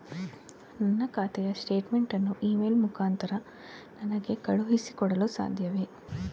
ನನ್ನ ಖಾತೆಯ ಸ್ಟೇಟ್ಮೆಂಟ್ ಅನ್ನು ಇ ಮೇಲ್ ಮುಖಾಂತರ ನನಗೆ ಕಳುಹಿಸಿ ಕೊಡಲು ಸಾಧ್ಯವೇ?